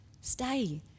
stay